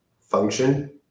function